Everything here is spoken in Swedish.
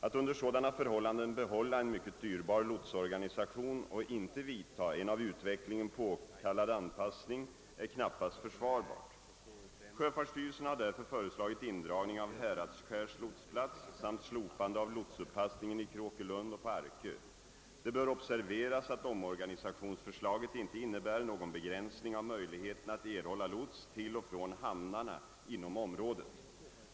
Att under sådana förhållanden behålla en mycket dyrbar lotsorganisation och inte vidta en av utvecklingen påkallad anpassning är knappast försvarbart. Sjöfartsstyrelsen har därför föreslagit indragning av Häradsskärs lotsplats samt slopande av lotsuppassningen i Kråkelund och på Arkö. Det bör observeras att omorganisationsförslaget inte innebär någon begränsning av möjligheterna att erhålla lots till och från hamnarna inom området.